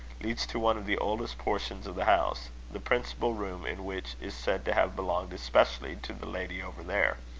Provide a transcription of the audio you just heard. leads to one of the oldest portions of the house, the principal room in which is said to have belonged especially to the lady over there.